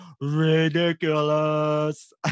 ridiculous